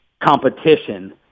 competition